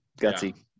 gutsy